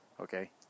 Okay